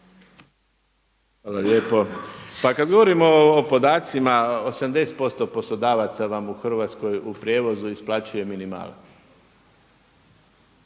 Hvala lijepo. Pa kada govorimo o podacima 80% poslodavaca vam u Hrvatskoj u prijevozu isplaćuje minimalac.